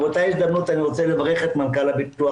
באותה הזדמנות אני רוצה לברך את מנכ"ל הביטוח